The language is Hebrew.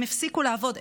הם הפסיקו לעבוד,